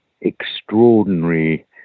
extraordinary